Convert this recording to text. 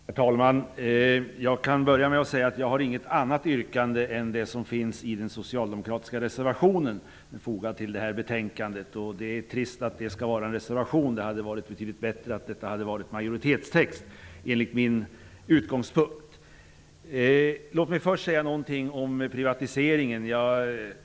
Herr talman! Jag kan börja med att säga att jag inte har något annat yrkande än det som finns i den socialdemokratiska reservationen fogad till betänkandet. Det är trist att detta är en reservation, det hade enligt min mening varit betydligt bättre om detta hade varit majoritetstext. Låt mig först säga något om privatiseringen.